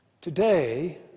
Today